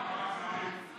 עם תופעת דמי החסות (תיקוני חקיקה),